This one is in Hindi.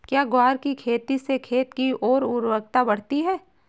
क्या ग्वार की खेती से खेत की ओर उर्वरकता बढ़ती है?